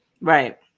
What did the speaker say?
Right